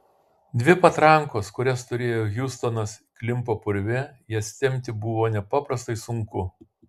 dvi patrankos kurias turėjo hiustonas klimpo purve jas tempti buvo nepaprastai sunku